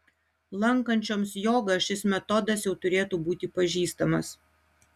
lankančioms jogą šis metodas jau turėtų būti pažįstamas